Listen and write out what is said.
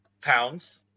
Pounds